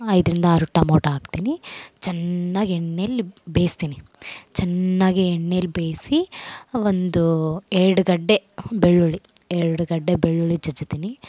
ಐದರಿಂದ ಆರು ಟಮೊಟೊ ಹಾಕ್ತಿನಿ ಚೆನ್ನಾಗ್ ಎಣ್ಣೆಲ್ಲಿ ಬೇಯಿಸ್ತೀನಿ ಚೆನ್ನಾಗಿ ಎಣ್ಣೇಲಿ ಬೇಯಿಸಿ ಒಂದು ಎರಡು ಗಡ್ಡೆ ಬೆಳ್ಳುಳ್ಳಿ ಎರಡು ಗಡ್ಡೆ ಬೆಳ್ಳುಳ್ಳಿ ಜಜ್ತಿನಿ